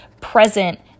present